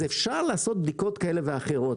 אז אפשר לעשות בדיקות כאלה ואחרות.